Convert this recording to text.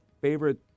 favorite